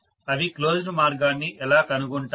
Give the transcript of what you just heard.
అవి క్లోజ్డ్ మార్గాన్ని ఎలా కనుగొంటాయి